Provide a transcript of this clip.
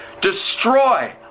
destroy